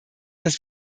dass